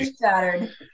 shattered